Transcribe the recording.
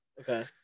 Okay